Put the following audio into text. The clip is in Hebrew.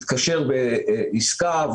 התקשר בעסקה,